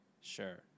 Sure